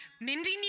Mindy